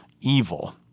evil